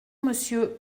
monsieur